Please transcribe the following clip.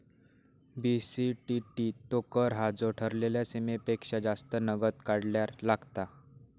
BCTT तो कर हा जो ठरलेल्या सीमेपेक्षा जास्त नगद काढल्यार लागता